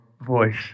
voice